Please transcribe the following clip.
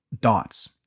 dots